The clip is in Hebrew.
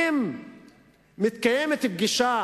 אם מתקיימת פגישה